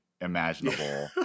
imaginable